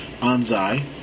Anzai